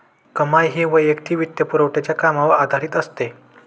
कमाई ही वैयक्तिक वित्तपुरवठ्याच्या कामावर आधारित असते